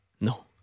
No